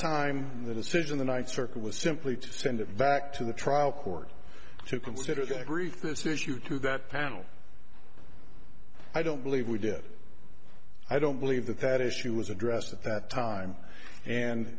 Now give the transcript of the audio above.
time the decision the ninth circuit was simply to send it back to the trial court to consider that brief this issue to that panel i don't believe we did i don't believe that that issue was addressed at that time and